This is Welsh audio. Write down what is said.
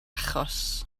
achos